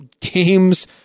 games